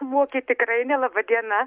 mokyt tikrai ne laba diena